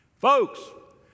Folks